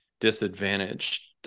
disadvantaged